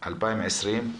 2020,